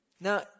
Now